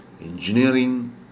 engineering